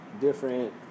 different